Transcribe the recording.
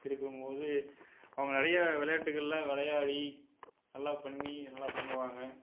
இருக்கும் போது அவங்க நிறையா விளையாட்டுக்கள்லாம் விளையாடி நல்லா பண்ணி நல்லா பண்ணுவாங்க